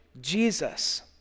Jesus